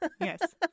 Yes